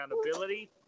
accountability